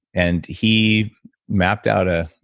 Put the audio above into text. and he mapped out a,